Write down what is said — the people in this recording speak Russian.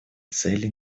целей